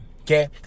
okay